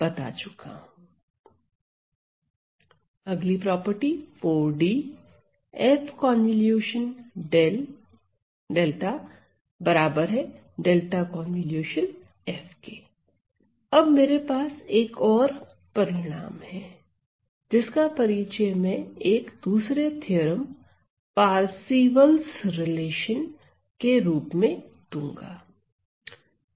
4 f ∗ δ δ ∗ f अब मेरे पास एक और परिणाम है जिसका परिचय में एक दूसरे theorem Parseval relation Parseval's relation के रूप में दूंगा